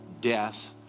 death